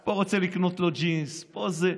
פה הוא רוצה לקנות לו ג'ינס, פה זה.